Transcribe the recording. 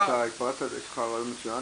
יש לך רעיון מצוין,